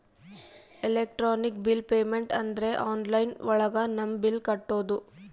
electronic bill payment ಅಂದ್ರೆ online ಒಳಗ ನಮ್ ಬಿಲ್ ಕಟ್ಟೋದು